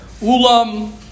Ulam